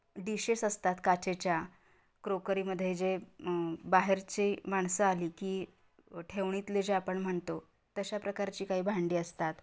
dishes असतात काचेच्या क्रोकरीमध्ये जे बाहेरची माणसं आली की ठेवणीतले जे आपण म्हणतो तशा प्रकारची काही भांडी असतात